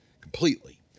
completely